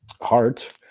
Heart